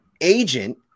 agent